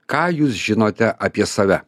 ką jūs žinote apie save